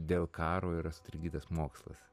dėl karo yra sutrikdytas mokslas